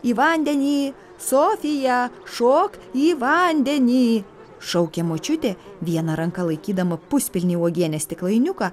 į vandenį sofija šok į vandenį šaukė močiutė viena ranka laikydama puspilnį uogienės stiklainiuką